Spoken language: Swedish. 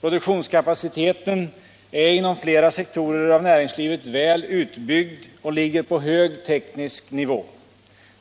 Produktionskapaciteten är inom flera sektorer av näringslivet väl utbyggd och ligger på hög teknisk nivå.